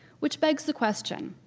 which begs the question,